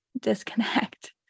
disconnect